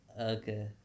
Okay